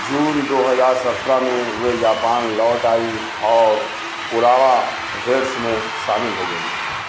जून दो हजार सत्रह में वे जापान लौट आईं और उरावा रेड्स में शामिल हो गईं